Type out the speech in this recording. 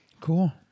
Cool